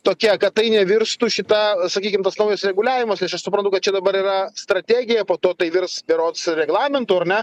tokia kad tai nevirstų šita sakykim tas naujas reguliavimas tai aš čia suprantu kad čia dabar yra strategija po to tai virs berods reglamentu ar ne